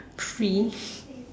fee